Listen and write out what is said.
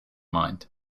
mind